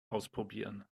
ausprobieren